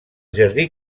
jardí